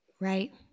Right